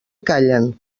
callen